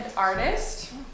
artist